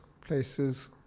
places